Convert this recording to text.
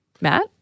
Matt